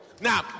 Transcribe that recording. Now